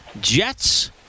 Jets